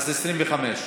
אז 25,